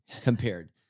compared